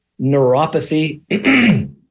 neuropathy